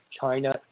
China